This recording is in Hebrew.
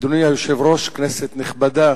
אדוני היושב-ראש, כנסת נכבדה,